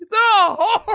oh,